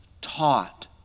taught